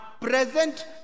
present